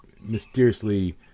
mysteriously